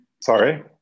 Sorry